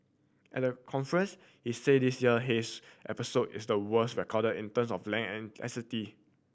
at the conference he said this year haze episode is the worst recorded in term of length and intensity